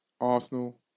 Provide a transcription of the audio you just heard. Arsenal